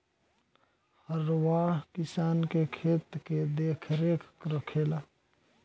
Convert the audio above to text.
हरवाह किसान के खेत के देखरेख रखेला